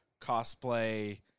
cosplay